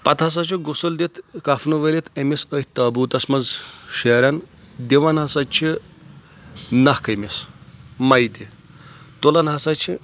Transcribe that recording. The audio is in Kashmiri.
پتہٕ ہسا چھِ غسُل دِتھ کفنہٕ ؤرتھ أمِس أتھۍ طوبوٗتس منٛز شیرن دِوان ہسا چھِ نخ أمِس میے تہِ تُلان ہسا چھِ